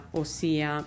ossia